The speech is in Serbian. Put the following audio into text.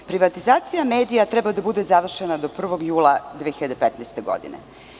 Privatizacija medija treba da bude završena do 1. jula 2015. godine.